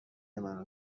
منو